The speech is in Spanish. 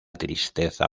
tristeza